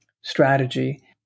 strategy